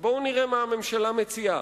ובואו נראה מה הממשלה מציעה.